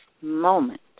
moment